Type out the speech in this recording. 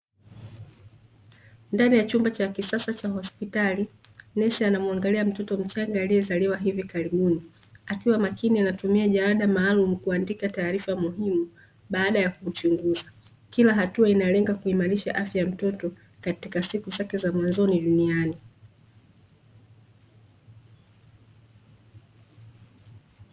Ndani ya chumba cha kisasa cha hospitali, nesi anamwangalia mtoto mchanga aliyezaliwa hivi karibuni. Akiwa makini anatumia jalada maalum kuandika taarifa muhimu baada ya kuchunguza. Kila hatua inalenga kuimarisha afya ya mtoto katika siku zake za mwanzoni duniani .